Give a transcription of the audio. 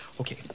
Okay